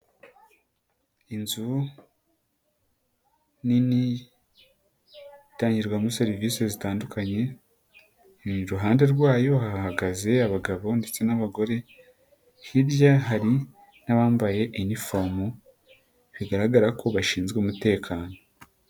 Inzu nini itangirwamo serivise zitandukanye, iruhande rwayo hahagaze abagabo ndetse n'abagore, hirya hari n'abambaye inifomo bigaragara ko bashinzwe umutekano.